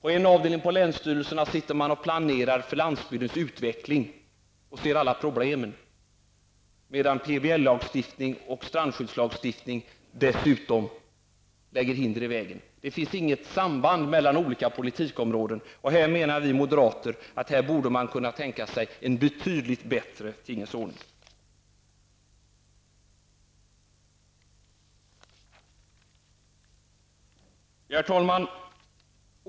På en avdelning på länsstyrelsen sitter man och planerar för landsbygdens utveckling och ser där alla problemen, medan PBL-lagstiftning och strandskyddslagen lägger hinder i vägen. Det finns inget samband mellan olika politikområden. Vi moderater anser att man här borde kunna tänka sig en betydligt bättre tingens ordning.